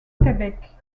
québec